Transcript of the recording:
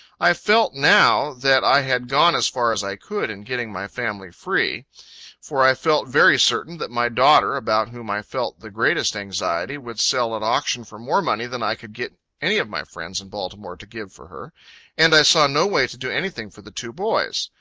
i felt now, that i had gone as far as i could in getting my family free for i felt very certain that my daughter, about whom i felt the greatest anxiety, would sell at auction for more money than i could get any of my friends in baltimore to give for her and i saw no way to do any thing for the two boys.